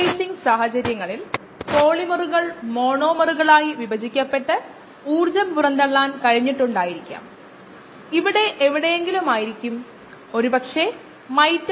ഏതൊരു ബയോ റിയാക്ടറെയും വ്യത്യസ്ത മോഡുകളിൽ പ്രവർത്തിപ്പിക്കാൻ കഴിയുമെന്ന് നമ്മൾ പറഞ്ഞു ചില ബയോ റിയാക്ടറുകൾ എല്ലാ 3 അടിസ്ഥാന മോഡുകളിലും പ്രവർത്തിക്കുന്നു ചിലത് പ്രവർത്തിക്കുന്നില്ല